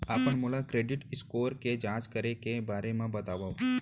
आप मन मोला क्रेडिट स्कोर के जाँच करे के बारे म बतावव?